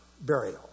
burial